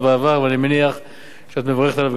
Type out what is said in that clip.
ואני מניח שאת מברכת עליו גם היום.